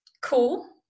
Cool